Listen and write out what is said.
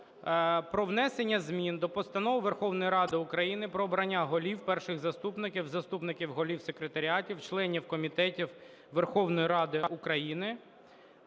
про внесення змін до Постанови Верховної Ради України "Про обрання голів, перших заступників, заступників голів, секретарів, членів комітетів Верховної Ради України